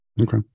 Okay